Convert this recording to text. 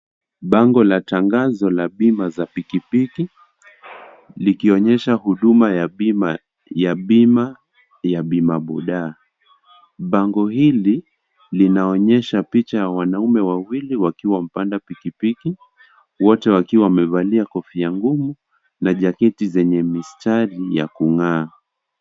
Bango la tangazo la bima za pikipiki, likionyesha huduma ya bima; ya bima boda. Bango hili linaonyesha picha ya wanaume wawili wakiwa wamepanda pikipiki, wote wakiwa wamevalia kofia ngumu, na jaketi zenye mistari ya kung'aa.